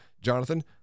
jonathan